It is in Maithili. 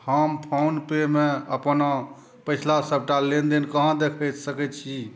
हम फोन पे मे अपना पछिला सबटा लेनदेन कहाँ देखि सकै छी